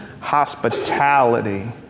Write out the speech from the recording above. hospitality